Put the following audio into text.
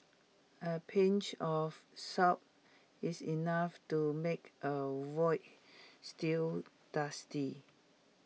A pinch of salt is enough to make A Veal Stew tasty